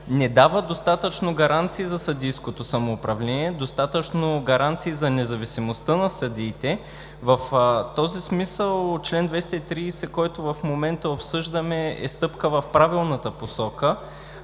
не дава достатъчно гаранции за съдийското самоуправление, достатъчно гаранции за независимостта на съдиите. В този смисъл чл. 230, който в момента обсъждаме, е стъпка в правилната посока.